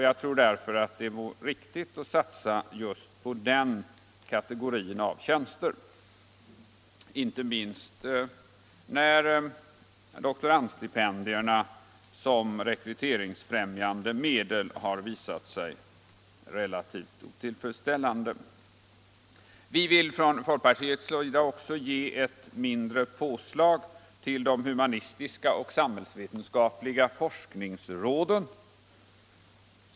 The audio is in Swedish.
Jag tror därför att det är riktigt alt satsa just på den kategorin av tjänster — inte minst mot bakgrund av att doktorandstipendierna som rekryteringsfrämjande medel har visat sig otillfredsställande. Vi vill från folkpartiets sida också ge ett mindre påslag till de humanistiska och samhällsvetenskapliga forskningsråden.